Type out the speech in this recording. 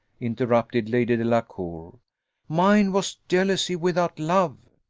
interrupted lady delacour mine was jealousy without love.